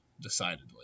Decidedly